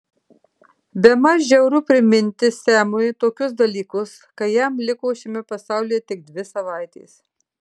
bemaž žiauru priminti semui tokius dalykus kai jam liko šiame pasaulyje tik dvi savaitės